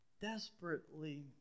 desperately